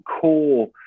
core